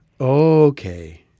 Okay